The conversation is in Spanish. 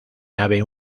nave